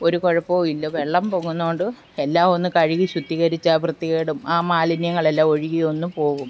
ഒരു കുഴപ്പവും ഇല്ല വെള്ളം പൊങ്ങുന്നുണ്ട് എല്ലാം ഒന്നു കഴുകി ശുദ്ധീകരിച്ച ആ വൃത്തികേടും ആ മാലിന്യങ്ങളെല്ലാം ഒഴുകി ഒന്നു പോകും